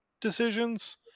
decisions